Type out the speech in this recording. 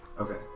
Okay